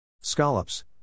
Scallops